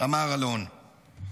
אמר אלון.